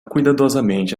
cuidadosamente